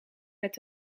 met